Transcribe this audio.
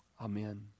amen